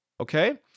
Okay